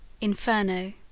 inferno